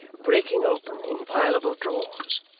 breaking open inviolable drawers,